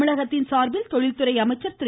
தமிழகத்தின் சார்பில் தொழில்துறை அமைச்சர் திரு